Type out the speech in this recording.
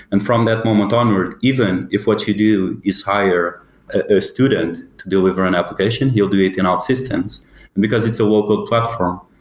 and from that moment onward, even if what you do is hire a student, delivery an application, he'll do it in outsystems, and because it's a local platform,